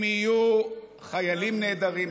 הם יהיו חיילים נהדרים,